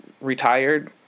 retired